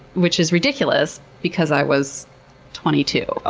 which is ridiculous because i was twenty two.